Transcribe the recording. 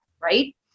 right